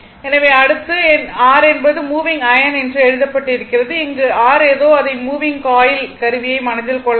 எனவே அடுத்து r என்பது மூவிங் அயர்ன் என்று எழுதப்பட்டிருக்கிறது அங்கு r ஏதோ அதை மூவிங் காயில் கருவியை மனதில் கொள்ள வேண்டும்